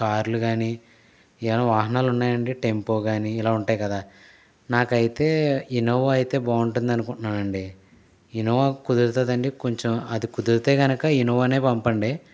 కార్లు కాని ఏమైనా వాహనాలు ఉన్నాయా అండి టెంపో కాని ఇలా ఉంటాయి కదా నాకైతే ఇనోవా అయితే బాగుంటుందనుకుంటున్నానండి ఇనోవా కుదురుతుందా అండి కొంచెం అది కుదిరితే కనుక ఇన్నోవా నే పంపండి